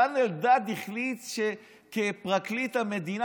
דן אלדד החליט כפרקליט המדינה,